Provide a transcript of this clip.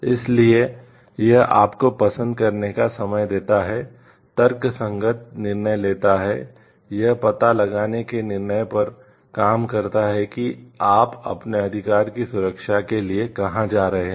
इसलिए यह आपको पसंद करने का समय देता है तर्कसंगत निर्णय लेता है यह पता लगाने के निर्णय पर काम करता है कि आप अपने अधिकार की सुरक्षा के लिए कहां जा रहे हैं